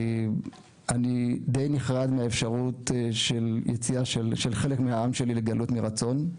אני די נחרד מהאפשרות של יציאה של חלק מהעם שלי לגלות מרצון,